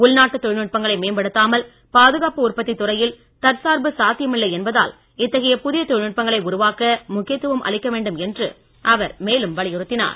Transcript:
உள்நாட்டு தொழில் நுட்பங்களை மேம்படுத்தாமல் பாதுகாப்பு உற்பத்தி துறையில் தற்சார்பு சாத்தியமில்லை என்பதால் இத்தகைய புதிய தொழில்நுட்பங்களை உருவாக்க முக்கியத்துவம் அளிக்க வேண்டும் என்று அவர் மேலும் வலியுறுத்தினார்